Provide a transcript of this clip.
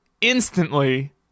instantly